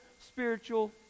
spiritual